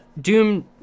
Doom